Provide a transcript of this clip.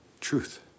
Truth